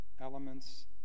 elements